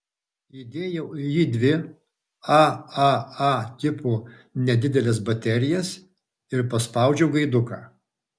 įdėjau į jį dvi aaa tipo nedideles baterijas ir paspaudžiau gaiduką